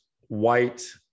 white